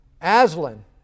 Aslan